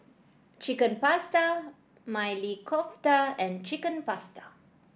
Chicken Pasta Maili Kofta and Chicken Pasta